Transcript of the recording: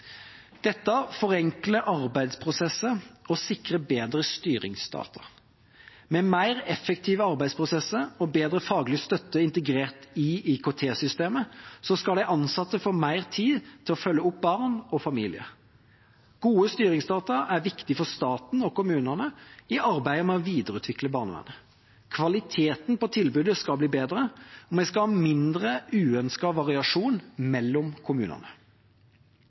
Dette forenkler arbeidsprosesser og sikrer bedre styringsdata. Med mer effektive arbeidsprosesser og bedre faglig støtte integrert i IKT-systemet skal de ansatte få mer tid til å følge opp barn og familier. Gode styringsdata er viktig for staten og kommunene i arbeidet med å videreutvikle barnevernet. Kvaliteten på tilbudet skal bli bedre, og vi skal ha mindre uønsket variasjon mellom kommunene.